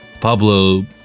Pablo